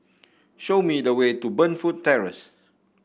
show me the way to Burnfoot Terrace